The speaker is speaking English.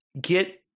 get